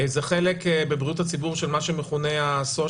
זה חלק בבריאות הציבור של מה שמכונה social